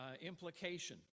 implication